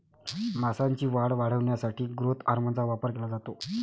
मांसाची वाढ वाढवण्यासाठी ग्रोथ हार्मोनचा वापर केला जातो